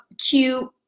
cute